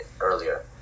earlier